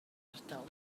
ardal